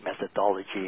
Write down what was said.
methodology